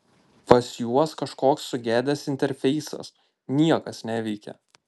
pas juos kažkoks sugedęs interfeisas niekas neveikia